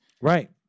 right